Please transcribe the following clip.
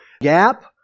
gap